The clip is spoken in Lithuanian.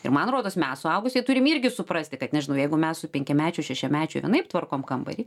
ir man rodos mes suaugusie turim irgi suprasti kad nežinau jeigu mes su penkiamečiu šešiamečiu vienaip tvarkom kambarį